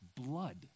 Blood